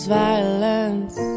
violence